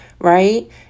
right